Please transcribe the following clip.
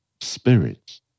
spirits